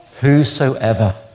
whosoever